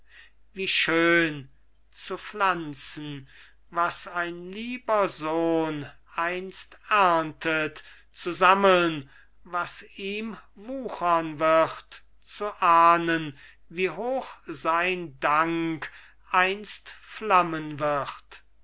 wie schön zu pflanzen was ein lieber sohn einst erntet zu sammeln was ihm wuchern wird zu ahnden wie hoch sein dank einst flammen wird